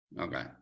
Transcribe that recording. Okay